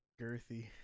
girthy